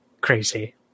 Crazy